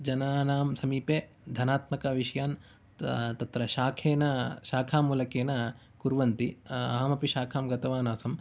जनानां समीपे धनात्मकविषयान् तत्र शाखेन शाखामूलकेन कुर्वन्ति अहमपि शाखां गतवान् आसम्